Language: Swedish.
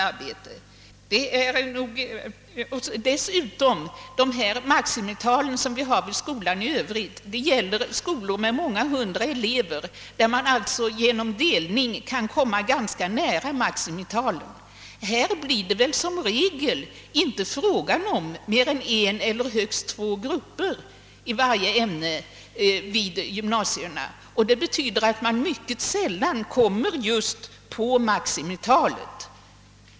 Att det är möjligt att ha lägre maximiantal i de vanliga skolorna beror på att dessa har många hundra elever, varigenom det blir möjligt att genom delning komma ganska nära maximitalet. Vid vuxengymnasierna blir det i regel inte fråga om mer än en eller högst två grupper i varje ämne. Det betyder att man mycket sällan uppnår maximiantalet.